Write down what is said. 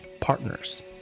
partners